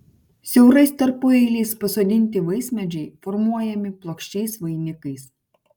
siaurais tarpueiliais pasodinti vaismedžiai formuojami plokščiais vainikais